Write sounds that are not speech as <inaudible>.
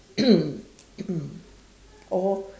<coughs> or